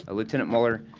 ah lieutenant muller,